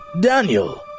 Daniel